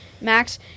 Max